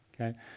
okay